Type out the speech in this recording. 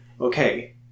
okay